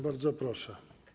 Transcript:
Bardzo proszę.